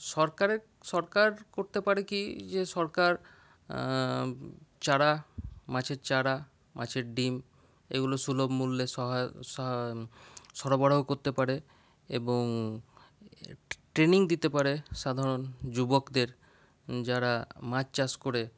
সরকারের সরকার করতে পারে কী যে সরকার চারা মাছের চারা মাছের ডিম এগুলো সুলভ মূল্যে সহায় সয় সরবরাহ করতে পারে এবং ট্রেনিং দিতে পারে সাধারণ যুবকদের যারা মাছ চাষ করে